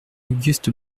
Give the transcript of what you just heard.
auguste